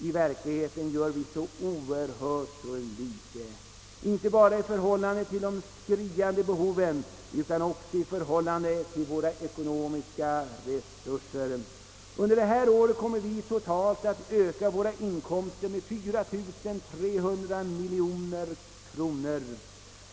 I verkligheten gör vi så oerhört litet, inte bara i förhållande till de skriande behoven utan också i förhållande till våra ekonomiska resurser. Under detta år kommer vi totalt att öka våra inkomster med 4 300 miljoner kronor.